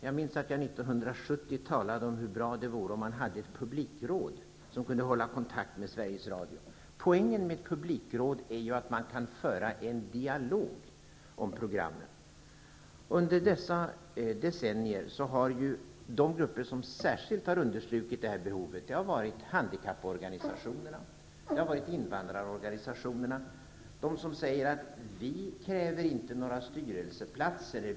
Jag minns att jag 1970 talade om hur bra det vore om man hade ett publikråd som kunde hålla kontakt med Sveriges Radio. Poängen med ett publikråd är att man kan föra en dialog om programmen. Under dessa decennier har de grupper som särskilt understrukit detta varit handikapporganisationerna och invandrarorganisationerna. De säger: ''Vi kräver inte några styrelseplatser.